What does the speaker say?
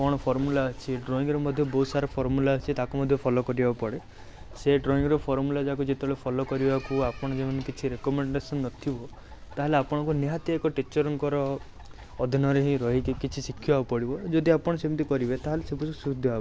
କ'ଣ ଫର୍ମୁଲା ଅଛି ଡ୍ରଇଂର ମଧ୍ୟ ବହୁତ ସାରା ଫର୍ମୁଲା ଅଛି ତାକୁ ମଧ୍ୟ ଫଲୋ କରିବାକୁ ପଡ଼େ ସେ ଡ୍ରଇଂର ଫର୍ମୁଲା ଗୁଡ଼ାକ ଜଦି ତାକୁ ଫଲୋ କରିବାକୁ ଆପଣ ଜଦି କିଛି ରେକମେଣ୍ଡେଶନ ନଥିବ ତାହେଲେ ଆପଣଙ୍କୁ ନିହାତି ଏକ ଟିଚର୍ଙ୍କର ହିଁ ଅଧିନରେ ରହିକି ଶିଖିବାକୁ ପଡ଼ିବ ଜଦି ଆପଣ ସେମିତି କରିବେ ତାହେଲେ ସୁବିଧା ହେବ